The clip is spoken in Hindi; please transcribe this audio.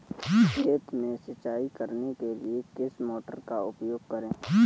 खेत में सिंचाई करने के लिए किस मोटर का उपयोग करें?